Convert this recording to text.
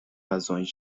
razões